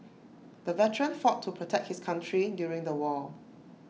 the veteran fought to protect his country during the war